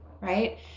right